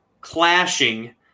clashing